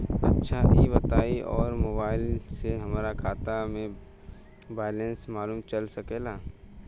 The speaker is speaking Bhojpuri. अच्छा ई बताईं और मोबाइल से हमार खाता के बइलेंस मालूम चल सकेला?